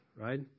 right